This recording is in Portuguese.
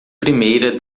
primeira